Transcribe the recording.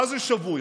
מה זה שבוי?